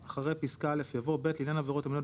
כי שביל בעצם הוא לא חלק מכביש.